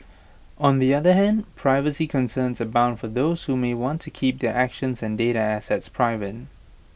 on the other hand privacy concerns abound for those who may want to keep their actions and data assets private